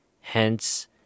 Hence